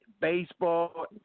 baseball